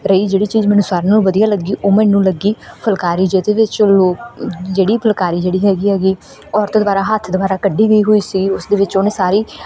ਰਹੀ ਜਿਹੜੀ ਚੀਜ਼ ਮੈਨੂੰ ਸਾਰਿਆਂ ਨਾਲੋਂ ਵਧੀਆ ਲੱਗੀ ਉਹ ਮੈਨੂੰ ਲੱਗੀ ਫੁਲਕਾਰੀ ਜਿਹਦੇ ਵਿੱਚ ਲੋਕ ਜਿਹੜੀ ਫੁਲਕਾਰੀ ਜਿਹੜੀ ਹੈਗੀ ਹੈਗੀ ਔਰਤ ਦੁਆਰਾ ਹੱਥ ਦੁਬਾਰਾ ਕੱਢੀ ਵੀ ਹੋਈ ਸੀ ਉਸ ਦੇ ਵਿੱਚ ਉਹਨੇ ਸਾਰੀ